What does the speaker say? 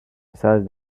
besides